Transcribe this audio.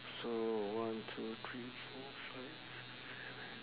so one two three four five six seven